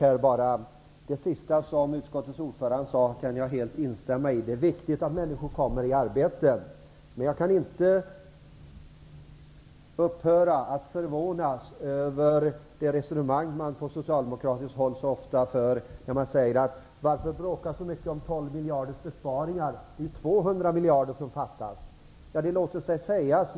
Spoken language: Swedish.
Fru talman! Det sista som utskottets ordförande sade kan jag instämma i. Det är viktigt att människor kommer i arbete. Men jag upphör inte att förvånas över det resonemang som man så ofta för från socialdemokratiskt håll. Socialdemokraterna undrar varför man skall bråka över besparingar på 12 miljarder kronor. Det är ju 200 miljarder kronor som fattas! Ja, det låter sig sägas.